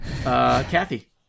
Kathy